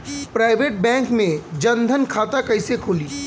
Private bank मे जन धन खाता कैसे खुली?